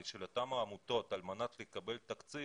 של אותן עמותות על מנת לקבל תקציב,